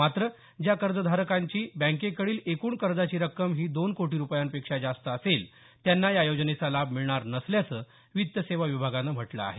मात्र ज्या कर्जधारकांची बँकेकडील एकूण कर्जाची रक्कम ही दोन कोटी रुपयांपेक्षा जास्त असेल त्यांना या योजनेचा लाभ मिळणार नसल्याचं वित्तसेवा विभागानं म्हटलं आहे